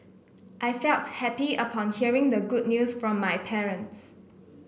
I felt happy upon hearing the good news from my parents